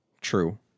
True